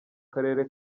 karere